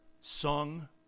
sung